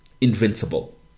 Invincible